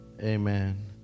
Amen